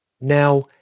now